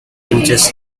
pinches